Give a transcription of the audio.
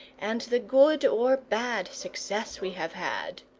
and the good or bad success we have had.